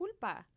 culpa